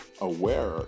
aware